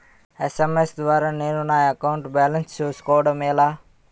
SMS ద్వారా నేను నా అకౌంట్ బాలన్స్ చూసుకోవడం ఎలా?